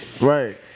right